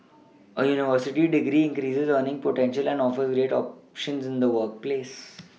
a university degree increases earning potential and offers greater options in the workplace